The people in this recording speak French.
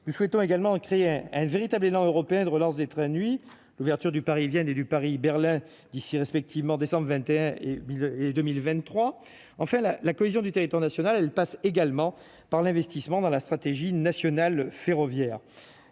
nous souhaitons également créer un véritable élan européen de relance des trains de nuit, l'ouverture du parisienne et du Paris Berlin d'ici respectivement décembre 21000 et 2023 enfin la la cohésion du territoire national, elle passe également par l'investissement dans la stratégie nationale ferroviaire